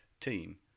team